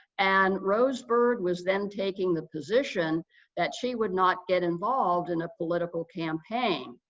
and rose bird was then taking the position that she would not get involved in a political campaign.